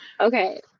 Okay